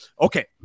Okay